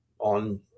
on